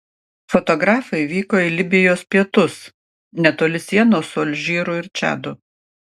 fotografai vyko į libijos pietus netoli sienos su alžyru ir čadu